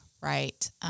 Right